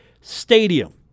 Stadium